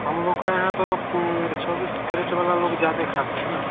हम लोग के यहाँ तो चौबीस कैरेट वाला लोग ज़्यादा खाते हैं न